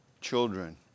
children